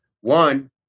One